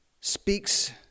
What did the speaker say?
speaks